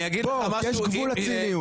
בוא, יש גבול לציניות.